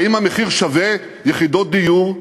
האם המחיר הזה שווה יחידות דיור?